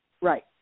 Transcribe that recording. Right